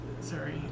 Sorry